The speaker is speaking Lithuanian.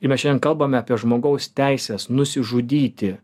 ir mes šiandien kalbame apie žmogaus teisės nusižudyti